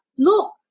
Look